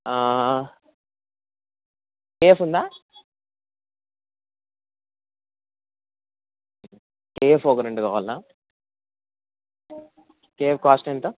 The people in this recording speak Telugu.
కేఎఫ్ ఉందా కేఎఫ్ ఒక రండు కావాలి కేఎఫ్ కాస్ట్ ఎంత